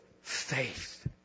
faith